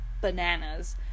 bananas